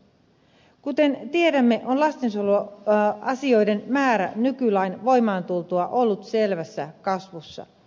kuten tiedämme on lastensuojeluasioiden määrä nykylain voimaan tultua ollut selvässä kasvussa